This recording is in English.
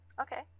okay